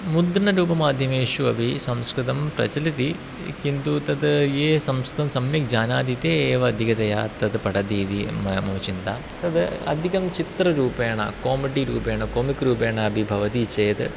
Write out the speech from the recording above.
मुद्रणरूपमाध्यमेषु अपि संस्कृतं प्रचलति किन्तु तत् ये संस्कृतं सम्यक् जानाति ते एव अधिकतया तत् पठति इति म मम चिन्ता तत् अधिकं चित्ररूपेण कामेडि रूपेण कोमिक् रूपेण अपि भवति चेत्